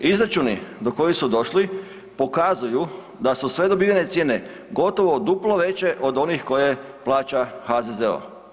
Izračuni do kojih su došli pokazuju da su sve dobivene cijene gotovo duplo veće od onih koje plaća HZZO.